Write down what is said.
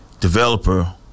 developer